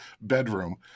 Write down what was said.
bedroom